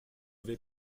vais